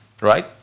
Right